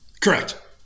Correct